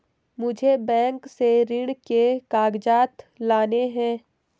मुझे बैंक से ऋण के कागजात लाने हैं